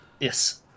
Yes